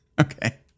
Okay